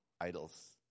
idols